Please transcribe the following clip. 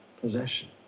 possession